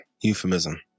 euphemism